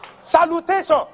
Salutation